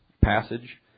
passage